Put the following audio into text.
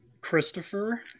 Christopher